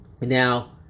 Now